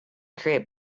create